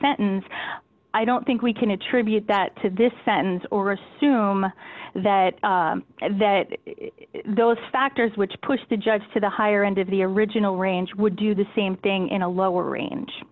sentence i don't think we can attribute that to this sentence or assume that that those factors which pushed the judge to the higher end of the original range would do the same thing in a lower range